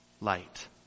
light